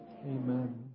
Amen